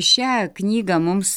šią knygą mums